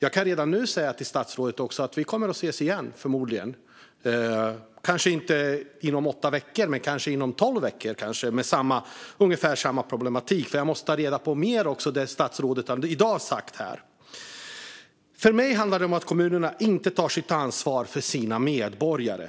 Jag kan redan nu säga till statsrådet att vi förmodligen kommer att ses igen, kanske inte inom åtta veckor men kanske inom tolv veckor, och diskutera ungefär samma problematik. Jag måste ta reda på mer när det gäller det som statsrådet har sagt här i dag. För mig handlar det om att kommunerna inte tar sitt ansvar för sina medborgare.